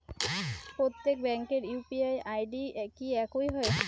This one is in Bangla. প্রত্যেক ব্যাংকের ইউ.পি.আই আই.ডি কি একই হয়?